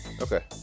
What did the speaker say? Okay